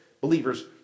believers